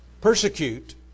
persecute